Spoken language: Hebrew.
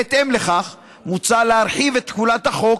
בהתאם לכך, מוצע להרחיב את תחולת החוק,